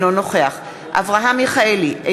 אינו נוכח אברהם מיכאלי,